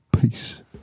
Peace